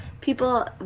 people